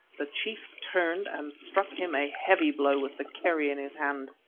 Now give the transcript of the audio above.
the chief turned and struck him a heavy blow with the kerrie in his hand.